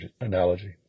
analogy